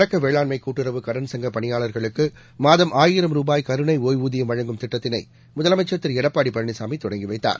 தொடக்க வேளாண்மை கூட்டுறவு கடன் சங்கப் பணியாளர்களுக்கு மாதம் ஆயிரம் ரூபாய் கருணை ஒய்வூதியம் வழங்கும் திட்டத்திளை முதலமைச்சர் திரு எடப்பாடி பழனிசாமி தொடங்கி வைத்தார்